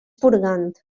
purgant